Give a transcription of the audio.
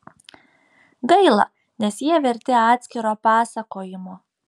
gaila nes jie verti atskiro pasakojimo